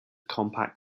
compact